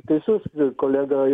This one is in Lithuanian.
teisus kolega